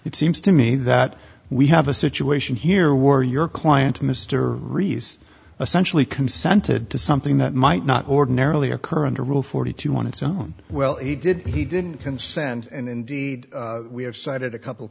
it seems to me that we have a situation here were your client mr rees essential he consented to something that might not ordinarily occur and a rule forty two on its own well he did he didn't consent and indeed we have cited a couple